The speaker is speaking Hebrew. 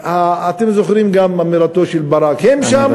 אתם זוכרים גם את אמירתו של ברק: הם שם,